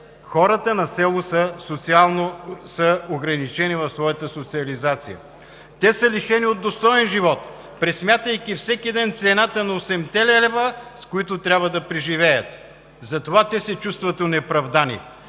хората на село са ограничени в своята социализация. Те са лишени от достоен живот, пресмятайки всеки ден цената на 8-те лева, с които трябва да преживеят. Те се чувстват онеправдани